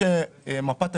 מקווים ומצפים שלא נצטרך.